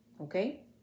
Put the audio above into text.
okay